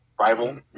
rival